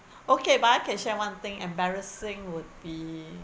okay but I can share one thing embarrassing would be